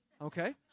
Okay